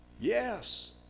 Yes